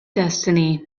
destiny